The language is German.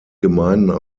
gemeinden